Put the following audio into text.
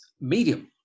medium